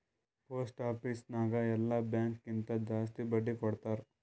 post office ನಾಗ್ ಎಲ್ಲಾ bank ಕಿಂತಾ ಜಾಸ್ತಿ ಬಡ್ಡಿ ಕೊಡ್ತಾರ್